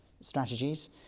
strategies